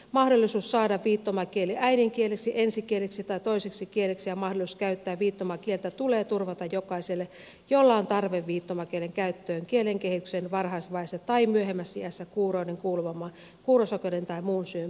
mahdollisuus saada viittomakieli äidinkieleksi ensikieleksi tai toiseksi kieleksi ja mahdollisuus käyttää viittomakieltä tulee turvata jokaiselle jolla on tarve viittomakielen käyttöön kielenkehityksen varhaisvaiheessa tai myöhemmässä iässä kuurouden kuulovamman kuurosokeuden tai muun syyn perusteella